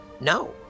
No